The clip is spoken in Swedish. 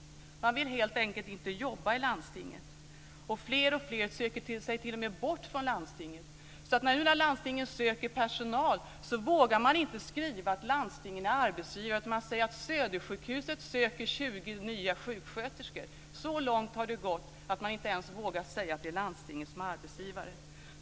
Man vill helt enkelt inte jobba i landstingen. Fler och fler söker sig t.o.m. bort därifrån. När landstingen nu söker personal vågar man inte skriva att landstingen är arbetsgivare. I stället säger man att Södersjukhuset söker 20 nya sjuksköterskor. Så långt har det gått att man inte ens vågar säga att det är landstingen som är arbetsgivare.